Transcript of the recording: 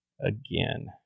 again